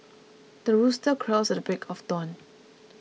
the rooster crows at the break of dawn